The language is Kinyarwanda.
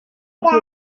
gihe